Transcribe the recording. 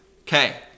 Okay